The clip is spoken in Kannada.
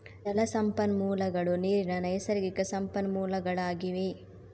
ಜಲ ಸಂಪನ್ಮೂಲಗಳು ನೀರಿನ ನೈಸರ್ಗಿಕ ಸಂಪನ್ಮೂಲಗಳಾಗಿವೆ